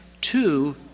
two